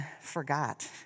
forgot